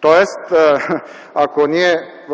Тоест, ако